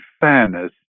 fairness